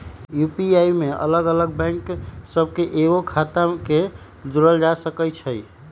UPI में अलग अलग बैंक सभ के कएगो खता के जोड़ल जा सकइ छै